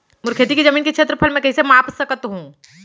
मोर खेती के जमीन के क्षेत्रफल मैं कइसे माप सकत हो?